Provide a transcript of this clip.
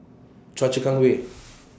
Choa Chu Kang Way